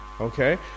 Okay